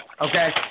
Okay